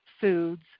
foods